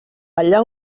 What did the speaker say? allà